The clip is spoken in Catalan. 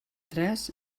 tres